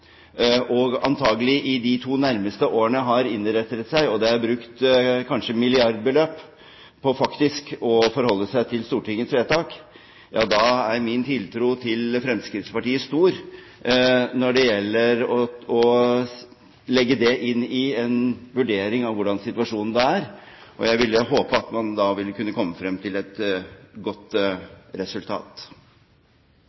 og antakelig i de to nærmeste årene har innrettet seg og kanskje brukt milliardbeløp på faktisk å forholde seg til Stortingets vedtak – vil Fremskrittspartiet legge det inn i vurderingen av hvordan situasjonen er. Jeg vil håpe at man da vil komme frem til et godt